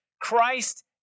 Christ